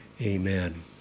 Amen